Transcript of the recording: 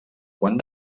quan